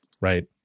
right